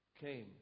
came